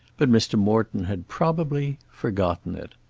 but mr. morton had probably forgotten it.